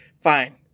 fine